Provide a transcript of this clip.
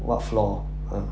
what floor ah